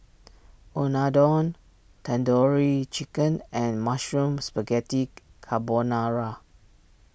Unadon Tandoori Chicken and Mushroom Spaghetti Carbonara